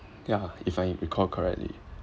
ya if I recall correctly